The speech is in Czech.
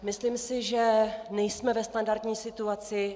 Myslím si, že nejsme ve standardní situaci.